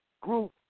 group